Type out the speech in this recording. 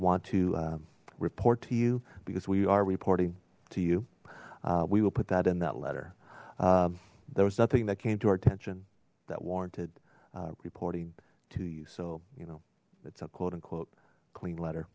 want to report to you because we are reporting to you we will put that in that letter there was nothing that came to our attention that warranted reporting to you so you know it's a quote unquote clean letter